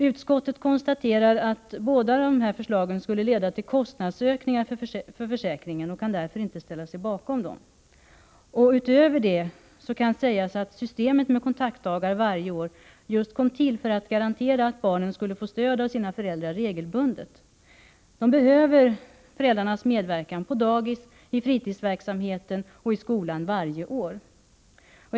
Utskottsmajoriteten konstaterar att båda dessa förslag skulle leda till kostnadsökningar för försäkringen och kan därför inte ställa sig bakom dem. Utöver detta kan sägas att systemet med kontaktdagar varje år kom till just för att garantera att barnen regelbundet skulle få stöd av sina föräldrar. De behöver föräldrarnas medverkan på dagis, i fritidsverksamheten och i skolan varje år.